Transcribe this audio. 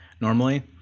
Normally